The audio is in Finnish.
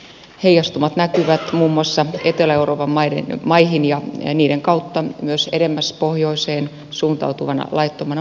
heijastumat näkyvät muun muassa etelä euroopan maihin ja niiden kautta myös edemmäs pohjoiseen suuntautuvana laittomana maahanmuuttona